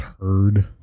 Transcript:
heard